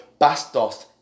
Bastos